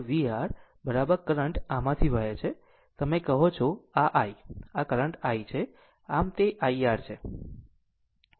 આમ v vR current આમાંથી વહે છે તમે કહો છો આ i આ i કરંટ છે આમ તે i R છે